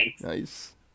Nice